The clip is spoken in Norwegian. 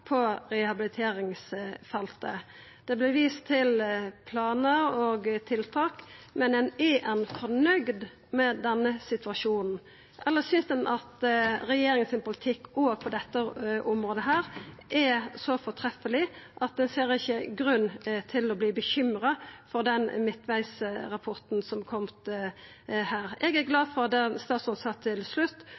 på rehabiliteringsfeltet? Det vart vist til planar og tiltak, men er han nøgd med denne situasjonen? Eller synest han regjeringa sin politikk òg for dette området er så fortreffeleg at han ikkje ser grunn til å verta bekymra av midtvegsrapporten som kom? Eg er glad for det statsråden sa til slutt